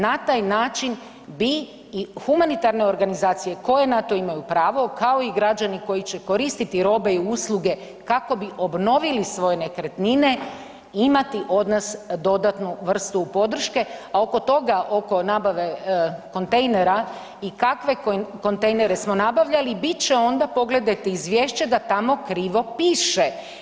Na taj način bi i humanitarne organizacije koje na to imaju pravo, kao i građani koji će koristiti robe i usluge kako bi obnovili svoje nekretnine, imati od nas dodatnu vrstu podrške, a oko toga oko nabave kontejnera i kakve kontejnere smo nabavljali, bit će onda, pogledajte izvješće da tamo krivo piše.